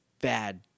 bad